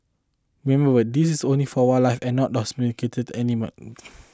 remember this is only for wildlife and not domesticated animals